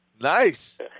Nice